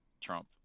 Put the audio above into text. Trump